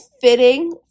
fitting